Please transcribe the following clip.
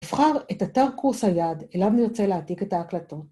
נבחר את אתר קורס היעד אליו נרצה להעתיק את ההקלטות.